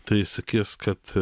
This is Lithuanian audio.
tai sakys kad